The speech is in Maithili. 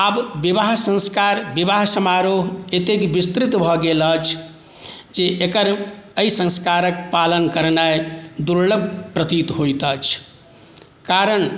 आब विवाह संस्कार विवाह समारोह एतेक विस्तृत भऽ गेल अछि जे एकर एहि संस्कारके पालन दुर्लभ प्रतीत होइत अछि कारण